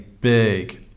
big